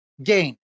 gain